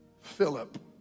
Philip